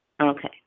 Okay